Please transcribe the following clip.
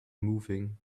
moving